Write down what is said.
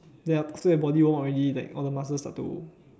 ya so your body won't already like all your muscles start to